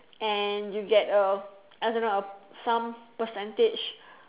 and you get a I don't know a some percentage